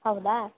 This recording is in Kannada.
ಹೌದಾ